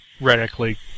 radically